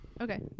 Okay